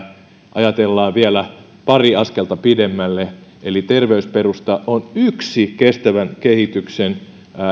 ajatellaan vielä pari askelta pidemmälle eli terveysperusta on yksi kestävän kehityksen